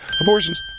Abortions